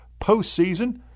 postseason